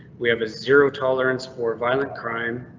we have a zero tolerance for violent crime.